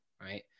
right